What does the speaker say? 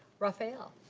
raphael.